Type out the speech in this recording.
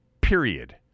period